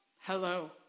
Hello